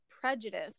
prejudice